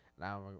Now